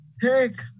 take